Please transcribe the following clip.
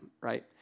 right